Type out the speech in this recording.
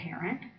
parent